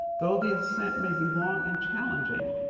though the ascent may be long and challenging,